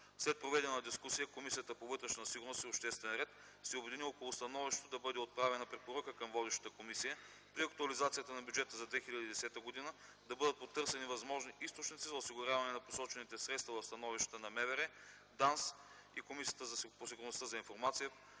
След проведена дискусия Комисията по вътрешна сигурност и обществен ред се обедини около становището да бъде отправена препоръка към водещата комисия при актуализацията на бюджета за 2010 г. да бъдат потърсени възможни източници за осигуряване на посочените средства в становищата на МВР, ДАНС и ДКСИ по законопроекта, като тази